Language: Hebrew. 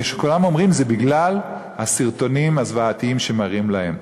כולם אומרים שזה בגלל הסרטונים הזוועתיים שמראים להם.